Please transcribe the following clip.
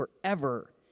forever